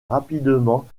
rapidement